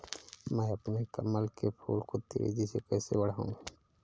मैं अपने कमल के फूल को तेजी से कैसे बढाऊं?